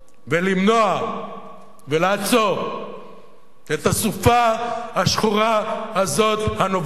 ולמנוע ולעצור את הסופה השחורה הזאת הנובעת